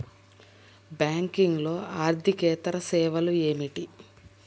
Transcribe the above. బ్యాంకింగ్లో అర్దికేతర సేవలు ఏమిటీ?